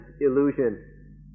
illusion